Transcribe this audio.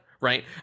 right